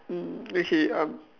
mm okay um